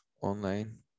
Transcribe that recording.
online